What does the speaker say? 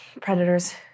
predators